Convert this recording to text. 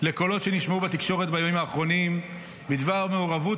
לקולות שנשמעו בתקשורת בימים האחרונים בדבר מעורבות,